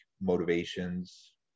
motivations